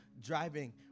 driving